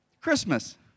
Christmas